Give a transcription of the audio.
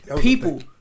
People